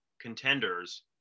contenders